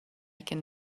can